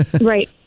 Right